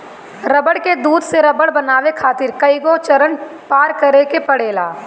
रबड़ के दूध से रबड़ बनावे खातिर कईगो चरण पार करे के पड़ेला